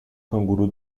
canguru